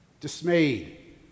dismayed